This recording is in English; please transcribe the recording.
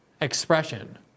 expression